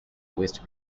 waste